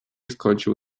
skończył